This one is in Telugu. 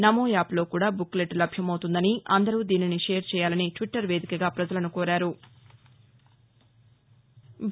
నమో యాప్లో కూడా బుక్లెట్ లభ్యమవుతుందని అందరూ దీనిని షేర్ చేయాలని ట్విటర్ వేదికగా ప్రజలను కోరారు